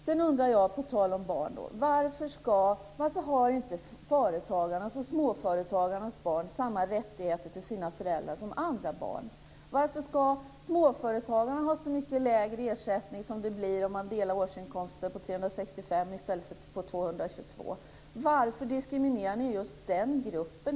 Sedan undrar jag på tal om barn: Varför har inte småföretagarnas barn samma rättigheter till sina föräldrar som andra barn? Varför ska småföretagarna ha så mycket lägre ersättning som det blir om årsinkomsten delas på 365 i stället för på 222? Varför diskriminerar ni just den gruppen?